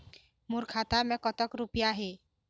मोर खाता मैं कतक रुपया हे?